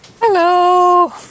Hello